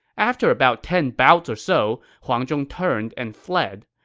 after about ten bouts or so, huang zhong turned and fled.